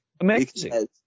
Amazing